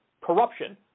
corruption